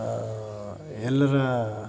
ಎಲ್ಲರ